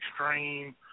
extreme